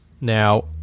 Now